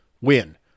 win